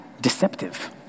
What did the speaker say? deceptive